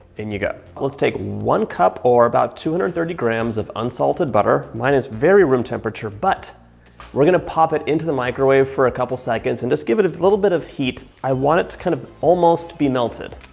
in you go. let's take one cup or two hundred and thirty grams of unsalted butter. mine is very room temperature, but we're going to pop it into the microwave for a couple seconds and just give it a little bit of heat. i want it to kind of almost be melted.